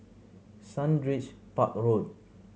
Sundridge Park Road